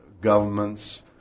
governments